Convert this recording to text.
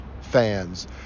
fans